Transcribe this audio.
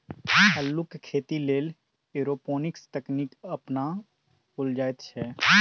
अल्लुक खेती लेल एरोपोनिक्स तकनीक अपनाओल जाइत छै